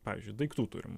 pavyzdžiui daiktų turim